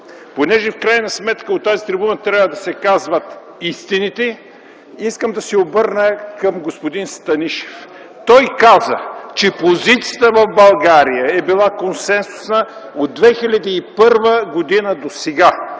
понеже в крайна сметка от тази трибуна трябва да се казват истините, искам да се обърна към господин Станишев. Той каза, че позицията в България е била консенсусна от 2001 г. досега.